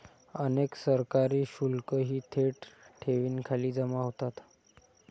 अनेक सरकारी शुल्कही थेट ठेवींखाली जमा होतात